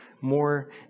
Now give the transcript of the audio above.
more